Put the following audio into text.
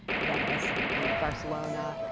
venice and and barcelona,